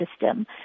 system